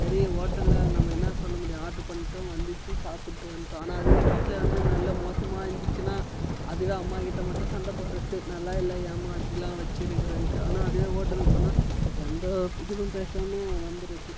சரி ஹோட்டல்ல நம்ம என்ன சொல்ல முடியும் ஆர்ட்ரு பண்ணிட்டோம் வந்துச்சு சாப்பிட்டு வந்துட்டோம் ஆனால் அதுவே வீட்டில வந்து நல்ல மோசமாக இருந்துச்சுன்னால் அதுவே அம்மாக்கிட்ட மட்டும் சண்டை போடுறது நல்லாயில்லை ஏம்மா இப்படிலாம் வச்சிருக்கிறன்ட்டு ஆனால் அதுவே ஹோட்டலுக்கு போனால் எந்த இதுவும் பேசாம வந்துடுறது